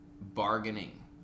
bargaining